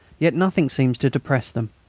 yet nothing seems to depress them.